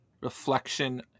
reflection